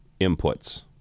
inputs